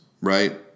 right